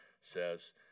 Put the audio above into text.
says